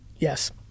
Yes